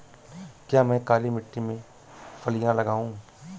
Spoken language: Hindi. क्या मैं काली मिट्टी में फलियां लगाऊँ?